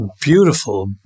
beautiful